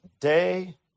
day